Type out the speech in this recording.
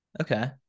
Okay